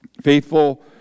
Faithful